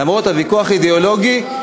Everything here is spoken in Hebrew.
למרות הוויכוח האידיאולוגי,